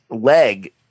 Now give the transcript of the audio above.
leg